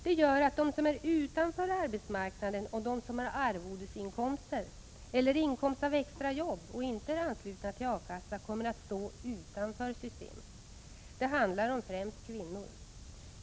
Det gör att de som är utanför arbetsmarknaden och de som har arvodesinkomster eller inkomster av extrajobb och inte är anslutna till A-kassa kommer att stå utanför systemet. Det handlar främst om kvinnor.